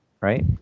right